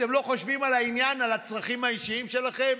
אתם לא חושבים על העניין, על הצרכים האישיים שלכם,